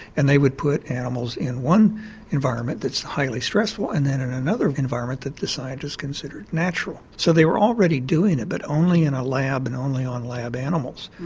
and they would put animals in one environment that's highly stressful and then in another environment that the scientists considered natural. so they were already doing it but only in a lab and only on lab animals.